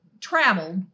traveled